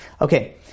Okay